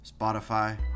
Spotify